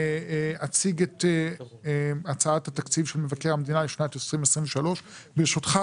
אציג את הצעת התקציב של מבקר המדינה לשנת 2023. ברשותך,